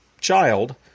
child